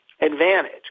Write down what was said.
advantage